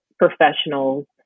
professionals